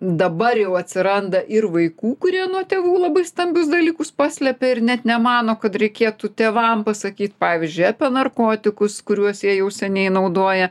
dabar jau atsiranda ir vaikų kurie nuo tėvų labai stambius dalykus paslepia ir net nemano kad reikėtų tėvam pasakyt pavyzdžiui apie narkotikus kuriuos jie jau seniai naudoja